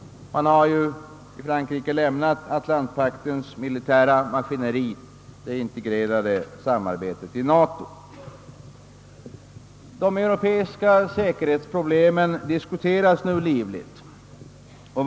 Frankrike har nu lämnat Atlantpaktens militära maskineri, det integrerade samarbetet inom NATO. De europeiska säkerhetsproblemen diskuteras emellertid livligt.